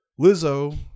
Lizzo